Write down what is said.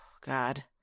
God